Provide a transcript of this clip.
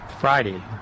Friday